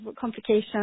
complications